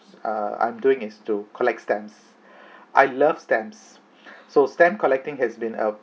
err I'm doing is to collect stamps I love stamps so stamp collecting has been uh